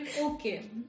okay